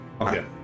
Okay